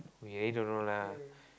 he really don't know lah